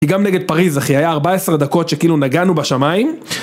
היא גם נגד פריז אחי, היה 14 דקות שכאילו נגענו בשמיים.